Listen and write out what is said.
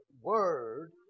word